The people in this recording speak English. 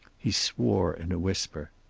he swore in a whisper.